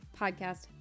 podcast